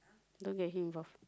don't get him involved